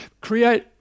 create